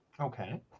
Okay